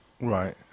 Right